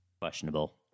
Questionable